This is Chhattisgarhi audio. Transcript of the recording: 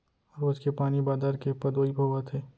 रोज के पानी बादर के पदोई होवत हे